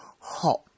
hot